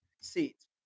seats